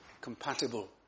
compatible